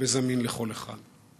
וזמין לכל אחד?